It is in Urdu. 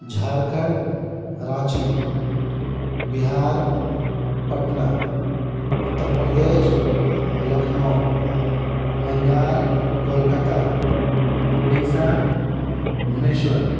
جھارکھنڈ رانچی بہار پٹنہ اتر پردیش لکھنؤ بنگال کولکاتہ اڑیسہ بھبنیشور